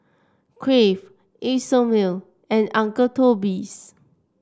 Crave Isomil and Uncle Toby's